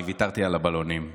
אני ויתרתי על הבלונים.